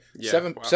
seven